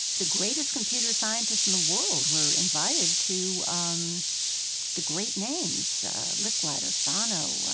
the greatest computer scientists in the world were invited to um the great names licklider, fano,